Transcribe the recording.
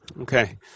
Okay